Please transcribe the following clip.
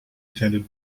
attended